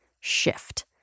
shift